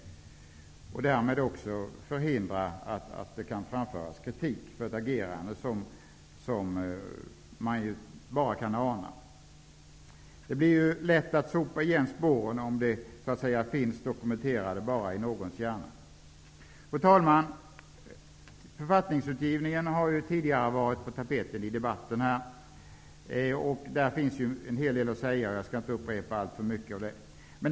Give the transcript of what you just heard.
De kan därmed också förhindra att det framförs kritik mot agerandet, eftersom det bara kan anas. Det är lätt att sopa igen spåren om de enbart finns dokumenterade i någons hjärna. Fru talman! Frågan om författningsutgivning har tidigare varit på tapeten här i debatten. Där finns en hel del att säga. Jag skall inte upprepa alltför mycket av det som sagts.